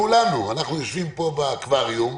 בואו לא נשכח עוד דבר,